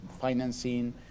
financing